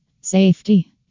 Safety